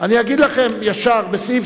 מה כתוב בסעיף